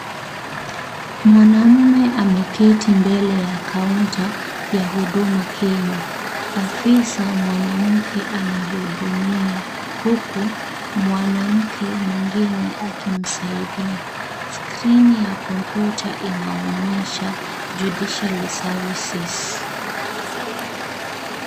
Mwanaume ameketi mbele ya kaunta ya Huduma Kenya. Afisa mwanamke anahudumia, huku mwanamke mwingine akimsaidia. Skrini ya kompyuta inaonyesha; Judiciary Services .